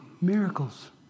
miracles